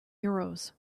euros